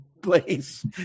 Place